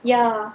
ya